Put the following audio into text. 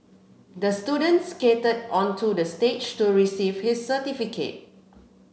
the student skated onto the stage to receive his certificate